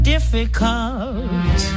difficult